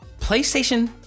playstation